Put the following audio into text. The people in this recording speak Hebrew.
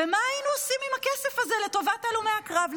מה היינו עושים עם הכסף הזה לטובת הלומי הקרב,